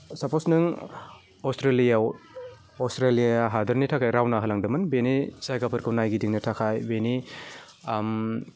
suppose नों अस्ट्रेलियायाव Australia हादरनि थाखाय रावना होलांदोंमोन बिनि जायगाफोरखौ नायगिदिंनो थाखाय बिनि